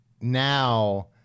now